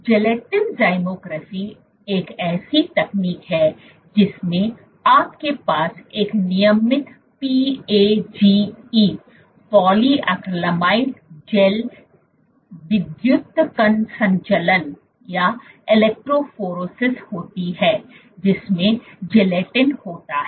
तो gelatin zymography एक ऐसी तकनीक है जिसमें आपके पास एक नियमित PAGE पॉलीक्रैलेमाइड जेल वैद्युतकणसंचलन होता है जिसमें जिलेटिन होता है